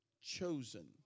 chosen